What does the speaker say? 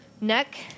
neck